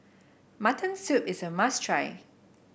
Mutton Soup is a must try